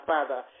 Father